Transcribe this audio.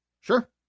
Sure